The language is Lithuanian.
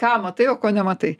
ką matai o ko nematai